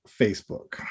Facebook